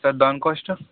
sir దాని cost